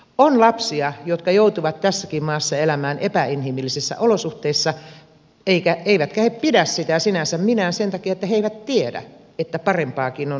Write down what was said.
on lapsia jotka joutuvat tässäkin maassa elämään epäinhimillisissä olosuhteissa eivätkä he pidä sitä sinänsä minään sen takia että he eivät tiedä että parempaakin on olemassa